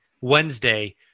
Wednesday